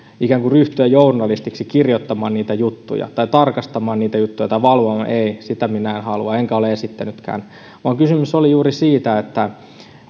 ikään kuin ryhtyä journalistiksi kirjoittamaan niitä juttuja tai tarkastamaan niitä juttuja tai valvomaan ei sitä minä en halua enkä ole esittänytkään vaan kysymys oli juuri siitä